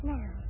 Now